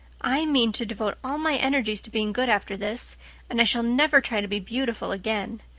i mean to devote all my energies to being good after this and i shall never try to be beautiful again.